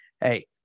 Hey